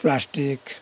plastic